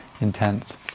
intense